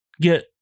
get